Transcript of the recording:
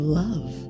love